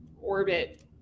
orbit